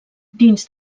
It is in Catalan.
dins